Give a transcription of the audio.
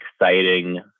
exciting